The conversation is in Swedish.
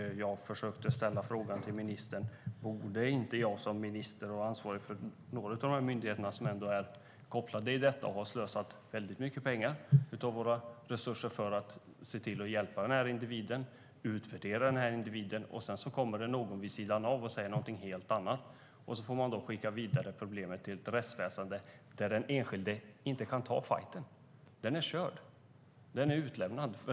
Jag försökte ställa en fråga till ministern. Ministern är ansvarig för några av de myndigheter som är kopplade till detta. De har slösat väldigt mycket pengar av våra resurser för att se till att hjälpa och utvärdera en viss individ. Sedan kommer det någon vid sidan av och säger någonting helt annat. Så får man då skicka vidare problemet till ett rättsväsen där den enskilde inte kan ta fajten. Den är körd, utlämnad.